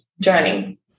journey